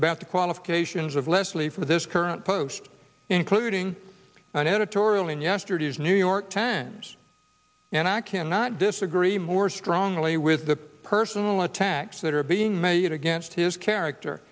about the qualifications of leslie for this current post including an editorial in yesterday's new york times and i cannot disagree more strongly with the personal attacks that are being made against his character